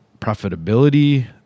profitability